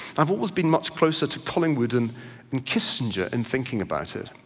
i've always been much closer to collingwood and and kissinger in thinking about it.